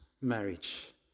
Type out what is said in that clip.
marriage